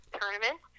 tournament